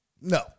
No